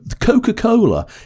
Coca-Cola